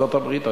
בארצות-הברית.